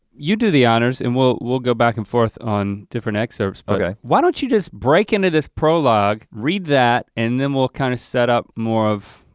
you do the honors, and we'll we'll go back and forth on different excerpts, but why don't you just break into this prologue, read that, and then we'll kind of set up more of,